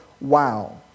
wow